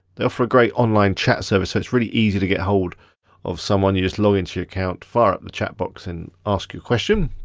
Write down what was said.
they offer a great online chat service so it's really easy to get ahold of someone. you just log into your account, fire up the chatbox, and ask your question.